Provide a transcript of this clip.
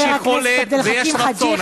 יש יכולת ויש רצון.